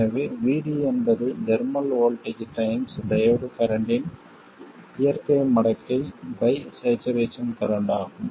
எனவே VD என்பது thermal voltage times diode கரண்ட்டின் இயற்கை மடக்கை பை சேச்சுரேசன் கரண்ட் ஆகும்